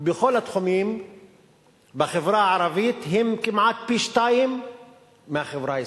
בכל התחומים בחברה הערבית הם כמעט פי-שניים מאשר בחברה הישראלית.